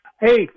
Hey